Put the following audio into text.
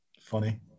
Funny